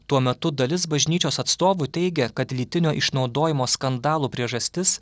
tuo metu dalis bažnyčios atstovų teigia kad lytinio išnaudojimo skandalų priežastis